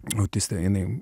autistė jinai